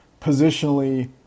positionally